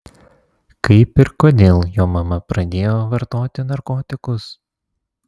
kaip ir kodėl jo mama pradėjo vartoti narkotikus